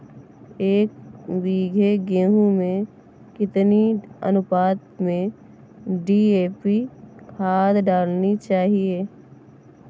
एक बीघे गेहूँ में कितनी अनुपात में डी.ए.पी खाद डालनी चाहिए?